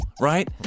Right